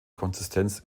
konsistenz